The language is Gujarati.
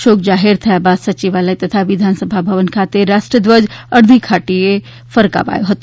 શોક જાહેર થાય બાદ સચિવાલય અને વિધાનસભા ભવન ખાતે રાષ્ટ્ર ધ્વજ અર્ધી કાઠી એ ફરકાવાયો હતો